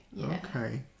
Okay